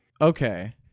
Okay